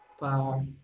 power